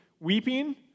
Weeping